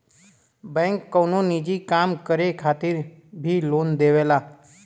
bank कउनो निजी काम करे खातिर भी लोन देवला